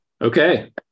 okay